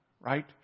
right